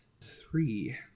three